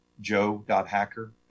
joe.hacker